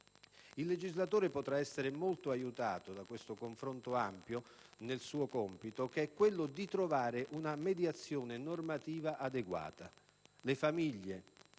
Il legislatore potrà essere molto aiutato da questo confronto ampio nel suo compito, che è quello di trovare una mediazione normativa adeguata. Le famiglie,